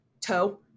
toe